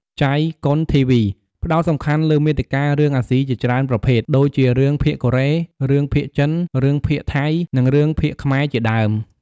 ចៃកុនធីវី (jaikonTV) ផ្ដោតសំខាន់លើ មាតិការឿងអាស៊ីជាច្រើនប្រភេទ ដូចជារឿងភាគកូរ៉េ រឿងភាគចិន រឿងភាគថៃ និងរឿងភាគខ្មែរជាដើម។